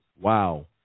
wow